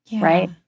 right